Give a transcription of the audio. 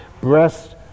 breast